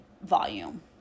volume